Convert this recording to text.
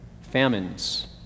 famines